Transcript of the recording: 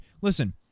listen